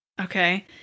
Okay